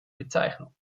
bezeichnung